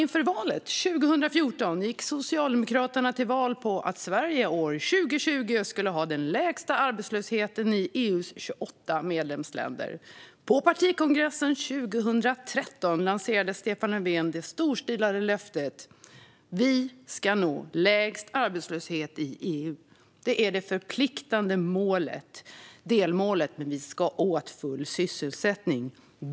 Inför valet 2014 gick Socialdemokraterna till val på att Sverige år 2020 skulle ha den lägsta arbetslösheten av EU:s 28 medlemsländer. På partikongressen 2013 lanserade Stefan Löfven det storstilade löftet: "Vi ska nå lägst arbetslöshet i EU. Det är det förpliktigande delmålet, men vi ska åt full sysselsättning.